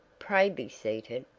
pray be seated,